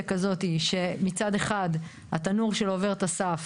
כזאת שמצד אחד התנור שלו עובר את הסף,